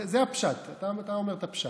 זה הפשט, אתה אומר את הפשט.